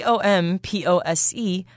Compose